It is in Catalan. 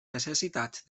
necessitats